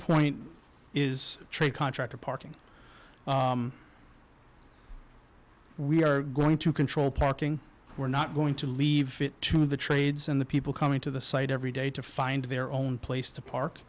point is trade contractor parking we are going to control parking we're not going to leave it to the trades and the people coming to the site every day to find their own place to park